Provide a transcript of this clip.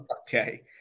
Okay